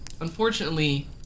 unfortunately